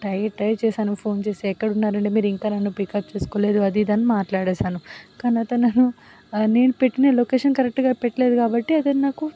tight టైట్ చేసాను phone చేసి ఎక్కడున్నారు అండి మీరు ఇంకా నన్ను పికప్ చేసుకోలేదు అది ఇది అని మాట్లాడేసాను కానీ అతను నన్ను నేను పెట్టిన లొకేషన్ కరెక్ట్గా పెట్టలేదు కాబట్టి అతను నాకు